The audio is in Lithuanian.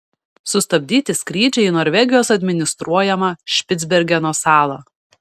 sustabdyti skrydžiai į norvegijos administruojamą špicbergeno salą